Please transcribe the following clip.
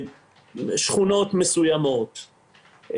שכונות מסוימות,